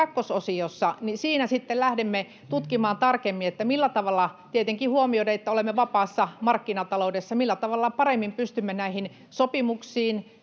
kakkososiossa lähdemme tutkimaan tarkemmin, millä tavalla — tietenkin huomioiden, että olemme vapaassa markkinataloudessa — paremmin pystymme näihin sopimuksiin